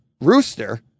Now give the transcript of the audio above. Rooster